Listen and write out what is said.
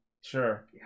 sure